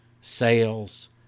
sales